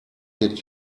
did